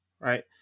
right